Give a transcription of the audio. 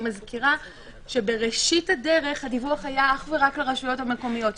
אני מזכירה שבראשית הדרך הדיווח היה אך ורק לרשויות המקומיות.